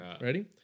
Ready